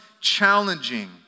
challenging